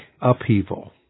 upheaval